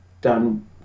done